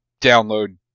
download